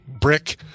Brick